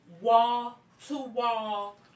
wall-to-wall